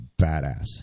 badass